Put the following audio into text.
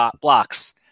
blocks